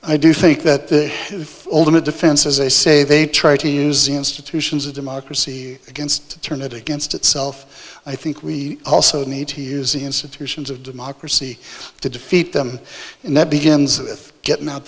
i do think that the ultimate defense as they say they try to use institutions of democracy against turn it against itself i think we also need to use the institutions of democracy to defeat them and that begins with getting out